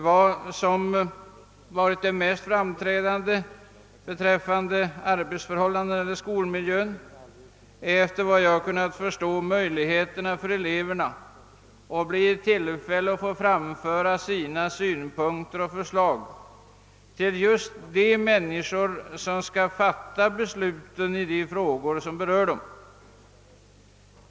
Vad som varit det mest framträdande beträffande arbetsförhållandena och skolmiljön är efter vad jag kunnat förstå möjligheterna för eleverna att bli i tillfälle att få framföra sina synpunkter och krav till just de människor som skall fatta besluten i de frågor som berör dem.